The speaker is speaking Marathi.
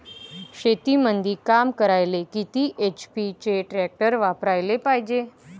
शेतीमंदी काम करायले किती एच.पी चे ट्रॅक्टर वापरायले पायजे?